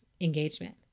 engagement